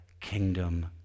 kingdom